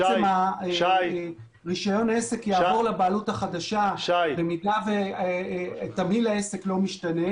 בעצם רישיון העסק יעבור לבעלות החדשה במידה ותמהיל העסק לא משתנה.